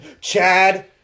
Chad